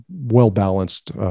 well-balanced